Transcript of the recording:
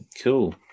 Cool